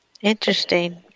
Interesting